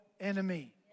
enemy